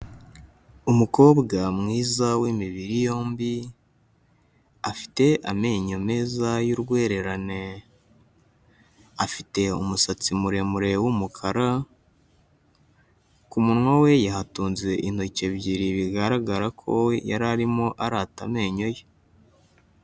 Umukobwa mwiza w'imibiri yombi, afite amenyo meza y'urwererane, afite umusatsi muremure w'umukara, ku munwa we yahatunze intoki ebyiri bigaragara ko we yararimo arata amenyo ye.